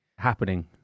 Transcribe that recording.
happening